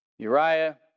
Uriah